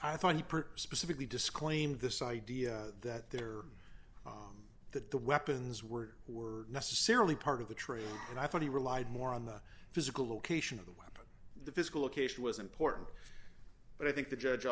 i thought he specifically disclaimed this idea that there that the weapons were who were necessarily part of the training and i thought he relied more on the physical location of the weapon the physical location was important but i think the judge